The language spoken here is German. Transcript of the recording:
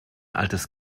altes